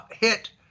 hit